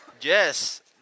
Yes